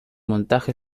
montaje